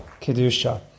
Kedusha